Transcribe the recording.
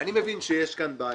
אני מבין שיש כאן בעיה.